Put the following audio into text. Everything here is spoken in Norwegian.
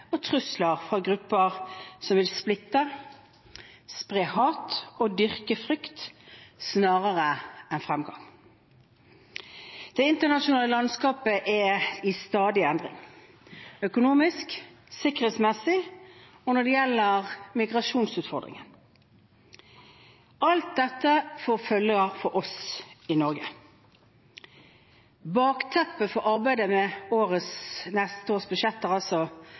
og trusler fra grupper som vil splitte, spre hat og dyrke frykt snarere enn fremgang. Det internasjonale landskapet er i stadig endring – økonomisk, sikkerhetsmessig og når det gjelder migrasjonsutfordringen. Alt dette får følger for oss i Norge. Bakteppet for arbeidet med neste års